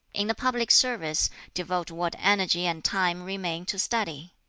in the public service devote what energy and time remain to study.